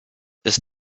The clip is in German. ist